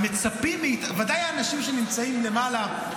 ודאי האנשים שנמצאים למעלה,